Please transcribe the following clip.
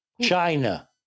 china